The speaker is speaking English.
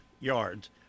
yards